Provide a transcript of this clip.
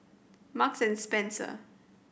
Marks and Spencer